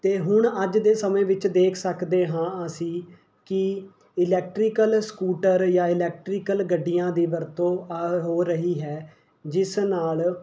ਅਤੇ ਹੁਣ ਅੱਜ ਦੇ ਸਮੇਂ ਵਿੱਚ ਦੇਖ ਸਕਦੇ ਹਾਂ ਅਸੀਂ ਕਿ ਇਲੈਕਟ੍ਰੀਕਲ ਸਕੂਟਰ ਜਾਂ ਇਲੈਕਟ੍ਰੀਕਲ ਗੱਡੀਆਂ ਦੀ ਵਰਤੋਂ ਆ ਹੋ ਰਹੀ ਹੈ ਜਿਸ ਨਾਲ਼